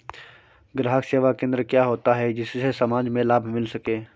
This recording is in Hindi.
ग्राहक सेवा केंद्र क्या होता है जिससे समाज में लाभ मिल सके?